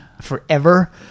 forever